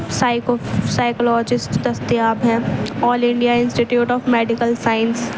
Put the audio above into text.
psycho psychologist دستیاب ہیں